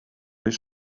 his